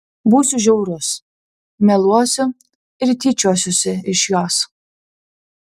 būsiu žiaurus meluosiu ir tyčiosiuosi iš jos